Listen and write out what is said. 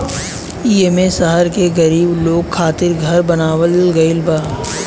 एईमे शहर के गरीब लोग खातिर घर बनावल गइल बा